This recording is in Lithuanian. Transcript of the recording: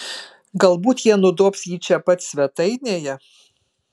galbūt jie nudobs jį čia pat svetainėje